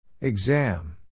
Exam